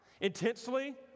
intensely